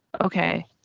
okay